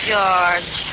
George